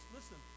Listen